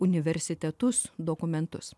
universitetus dokumentus